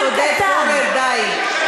מטיפה לשנאה ואומרת שאני,